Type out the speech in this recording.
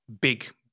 big